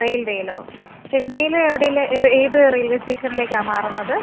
റെയിൽവേയിലോ ചെന്നൈയിൽ എവിടെ ഉള്ള ഏത് റെയിൽവേ സ്റ്റേഷനിലേക്കാണ് മാറുന്നത്